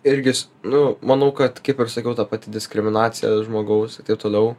irgi s nu manau kad kaip ir sakiau ta pati diskriminacija žmogaus ir taip toliau